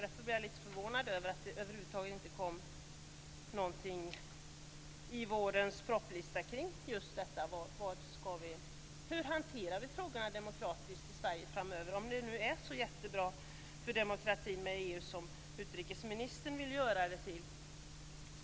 Jag är därför lite förvånad över att vårens propositionslista inte innehåller någonting om hur vi framöver demokratiskt skall hantera dessa frågor i Sverige, om EU nu är så jättebra för demokratin som utrikesministern vill hävda.